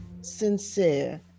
sincere